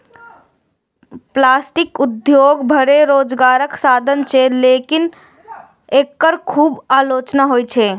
poultry उद्योग भने रोजगारक साधन छियै, लेकिन एकर खूब आलोचना होइ छै